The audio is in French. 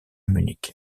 munich